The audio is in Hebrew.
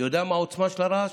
אתה יודע מה העוצמה של הרעש?